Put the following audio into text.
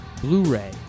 Blu-ray